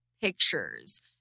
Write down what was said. pictures